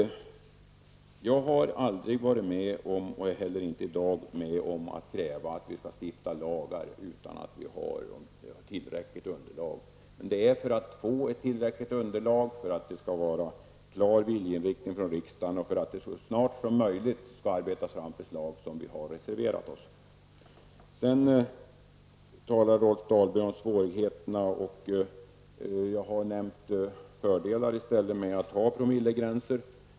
Jag har alltså inte tidigare, och inte heller nu, krävt att vi skall stifta lagar utan tillräckligt underlag. För att få ett tillräckligt underlag, för att det skall bli en klar viljeinriktning från riksdagens sida och för att det så snart som möjligt arbetas fram förslag har vi reserverat oss. Rolf Dahlberg talade om svårigheterna, och jag för min del har talat om fördelarna med promillegränser.